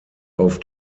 auf